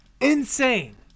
insane